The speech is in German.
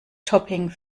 topping